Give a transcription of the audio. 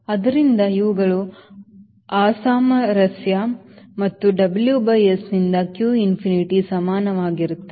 ಆದ್ದರಿಂದ ಇವುಗಳು ಅಸಾಮರಸ್ಯ ಮತ್ತು WS ನಿಂದ q infinity ಸಮಾನವಾಗಿರುತ್ತದೆ